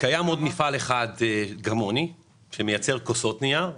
יש עוד מפעל שמייצר כוסות נייר.